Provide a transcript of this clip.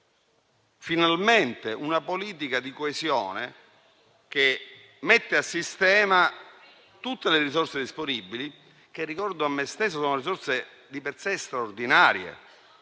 finalmente una politica di coesione che mette a sistema tutte le risorse disponibili che - ricordo a me stesso - sono risorse di per sé straordinarie,